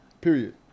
period